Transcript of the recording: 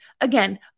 again